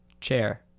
chair